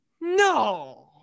No